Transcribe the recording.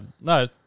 No